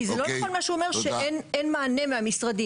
כי לא נכון מה שהוא אומר, שאין מענה מהמשרדים.